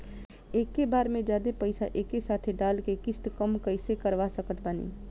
एके बार मे जादे पईसा एके साथे डाल के किश्त कम कैसे करवा सकत बानी?